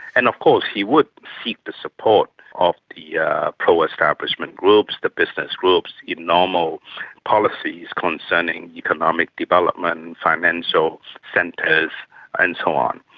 and of course he would seek the support of the yeah pro-establishment groups, the business groups, in normal policies concerning economic development and financial centres and so on.